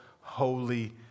holy